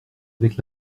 avec